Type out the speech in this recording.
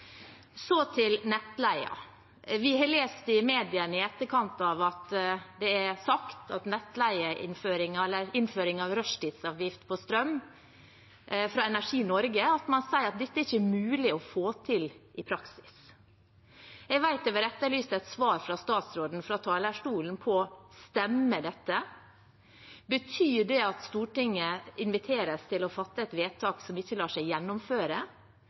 Så til nettleien: Vi har lest i mediene om innføringen av rushtidsavgift på strøm, og det Energi Norge sier om hva som ikke er mulig å få til i praksis. Jeg vet det har vært etterlyst et svar fra statsråden fra talerstolen om hvorvidt dette stemmer. Betyr det at Stortinget inviteres til å fatte et vedtak som ikke lar seg gjennomføre?